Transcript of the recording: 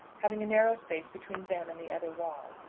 having a narrow space between them and the other wall.